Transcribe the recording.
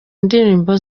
ndirimbo